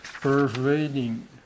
pervading